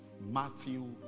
Matthew